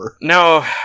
no